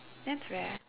that's rare